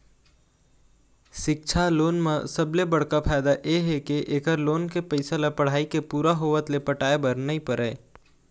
सिक्छा लोन म सबले बड़का फायदा ए हे के एखर लोन के पइसा ल पढ़ाई के पूरा होवत ले पटाए बर नइ परय